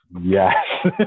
yes